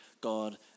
God